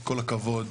כל הכבוד,